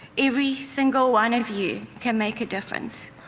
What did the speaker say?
every single one of you can make a difference.